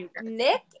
Nick